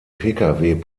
pkw